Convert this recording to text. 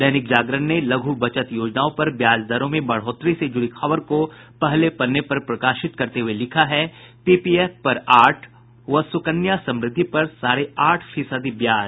दैनिक जागरण ने लघु बचत योजनाओं पर ब्याज दरों में बढ़ोतरी से जुड़ी खबर को पहले पन्ने पर प्रकाशित करते हुये लिखा है पीपीएफ पर आठ व सुकन्या समृद्धि पर साढ़े आठ फीसदी ब्याज